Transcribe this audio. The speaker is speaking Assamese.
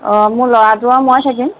অঁ মোৰ ল'ৰাটো আৰু মই থাকিম